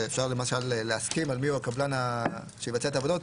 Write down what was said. שאפשר למשל להסכים מיהו הקבלן שיבצע את העבודות,